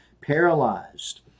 paralyzed